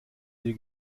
dir